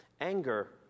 anger